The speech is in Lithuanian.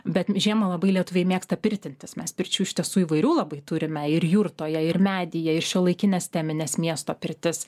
bet žiemą labai lietuviai mėgsta pirtintis mes pirčių iš tiesų įvairių labai turime ir jurtoje ir medyje ir šiuolaikines temines miesto pirtis